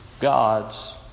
God's